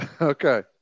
Okay